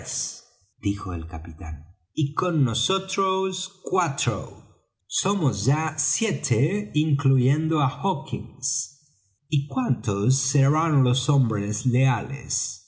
dijo el capitán y con nosotros cuatro somos ya siete incluyendo á hawkins y cuántos serán los hombres leales